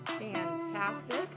Fantastic